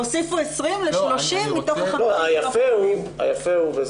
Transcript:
אבל הוסיפו 20 ל-30 מתוך ה- -- היפה הוא,